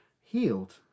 healed